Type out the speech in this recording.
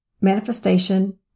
manifestation